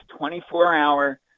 24-hour